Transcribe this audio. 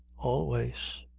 always.